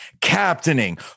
captaining